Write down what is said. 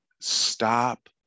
Stop